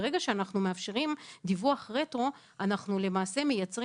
ברגע שאנחנו מאפשרים דיווח רטרו אנחנו למעשה מייצרים